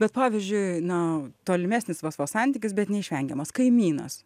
bet pavyzdžiui na tolimesnis vos vos santykis bet neišvengiamas kaimynas